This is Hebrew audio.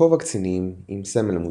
כובע קצינים עם סמל מוזהב.